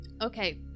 Okay